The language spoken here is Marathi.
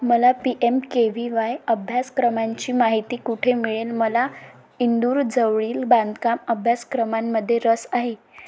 मला P M K V Y अभ्यासक्रमांची माहिती कुठे मिळेल मला इंदूरजवळील बांधकाम अभ्यासक्रमांमध्ये रस आहे